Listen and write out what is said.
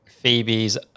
Phoebe's